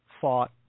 fought